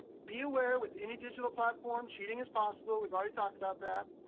be aware, with any digital platform, cheating is possible. we've already talked about that.